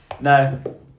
no